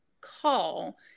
call